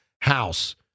house